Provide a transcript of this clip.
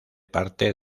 parte